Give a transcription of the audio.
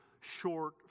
short